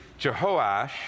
Jehoash